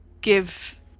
give